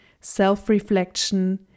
self-reflection